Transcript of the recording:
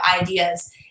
ideas